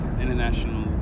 international